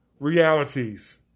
realities